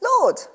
Lord